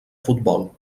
futbol